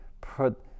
put